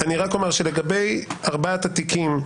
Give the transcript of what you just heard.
אני רק אומר שלגבי ארבעת התיקים,